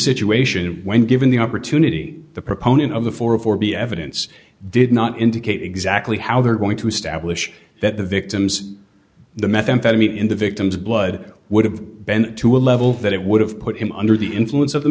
situation when given the opportunity the proponent of the forum for be evidence did not indicate exactly how they're going to establish that the victims the methamphetamine in the victim's blood would have been to a level that it would have put him under the influence of